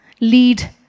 lead